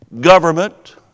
government